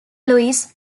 louis